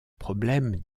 problème